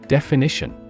Definition